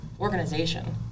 organization